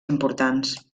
importants